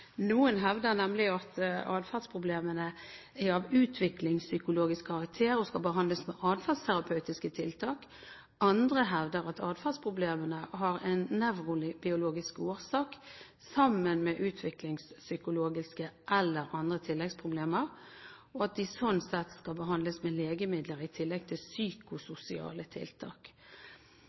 Noen hevder nemlig at adferdsproblemer er av utviklingspsykologisk karakter og skal behandles med adferdsterapeutiske tiltak. Andre hevder at adferdsproblemer har en nevrobiologisk årsak sammen med utviklingspsykologiske eller andre tilleggsproblemer, og at de sånn sett skal behandles med legemidler i tillegg til psykososiale tiltak.